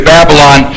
Babylon